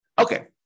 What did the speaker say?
Okay